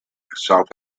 south